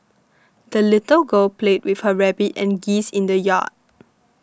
the little girl played with her rabbit and geese in the yard